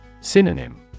Synonym